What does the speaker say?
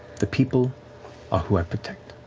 the people are who i protect.